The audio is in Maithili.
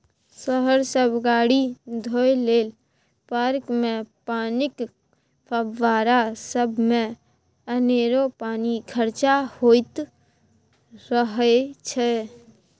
शहर सब गाड़ी धोए लेल, पार्कमे पानिक फब्बारा सबमे अनेरो पानि खरचा होइत रहय छै